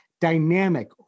dynamic